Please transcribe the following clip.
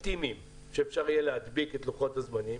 שאפשר יהיה להדביק את לוחות הזמנים,